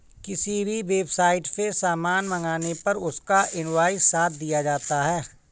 किसी भी वेबसाईट से सामान मंगाने पर उसका इन्वॉइस साथ दिया जाता है